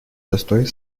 шестой